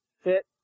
fit